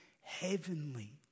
heavenly